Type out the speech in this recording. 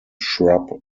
shrub